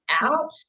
out